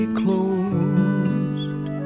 closed